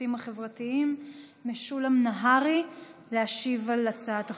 והשירותים החברתיים משולם נהרי להשיב על הצעת החוק.